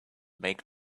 make